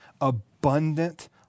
abundant